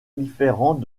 différent